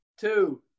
two